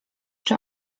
czy